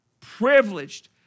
privileged